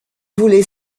voulez